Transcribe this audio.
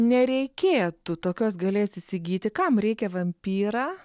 nereikėtų tokios gėlės įsigyti kam reikia vampyrą